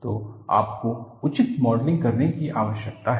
तो आपको उचित मॉडलिंग करने की आवश्यकता है